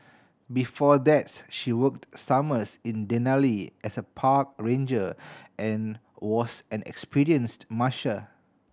before that's she worked summers in Denali as a park ranger and was an experienced musher